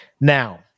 now